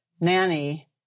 Nanny